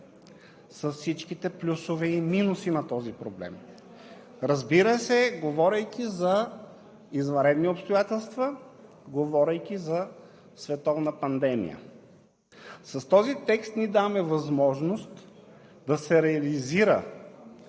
с всичките плюсове и минуси на този проблем, разбира се, говорейки за извънредни обстоятелства, говорейки за световна пандемия. С този текст ние даваме възможност да се реализира